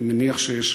אני מניח שיש,